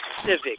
civic